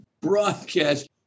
broadcast